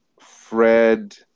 Fred